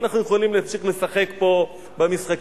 אנחנו יכולים להמשיך לשחק פה במשחקים.